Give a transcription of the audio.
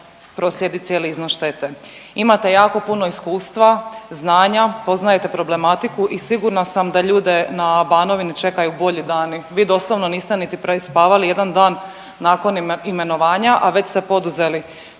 proslijedit cijeli iznos štete. Imate jako puno iskustva, znanja, poznajete problematiku i sigurna sam da ljude na Banovini čekaju bolji dan. Vi doslovno niste niti prespavali jedan dan nakon imenovanja, a već ste poduzeli